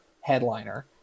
headliner